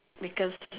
because